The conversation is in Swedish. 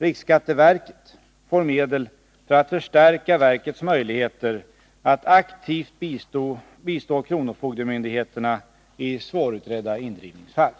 Riksskatteverket får medel för att förstärka verkets möjligheter att aktivt bistå kronofogdemyndigheterna i svårutredda indrivningsfall.